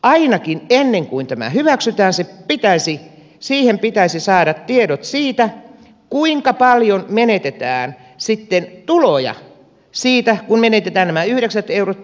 ainakin ennen kuin tämä hyväksytään siihen pitäisi saada tiedot siitä kuinka paljon menetetään sitten tuloja siitä kun menetetään nämä yhdeksät eurot